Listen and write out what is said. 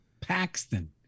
Paxton